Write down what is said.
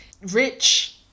rich